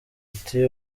iti